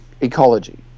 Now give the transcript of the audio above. ecology